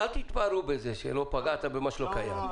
אל תתפארו בזה שלא פגעת במה שלא קיים.